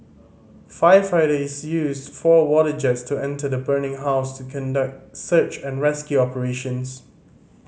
firefighters used four water jets to enter the burning house to conduct search and rescue operations